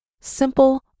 Simple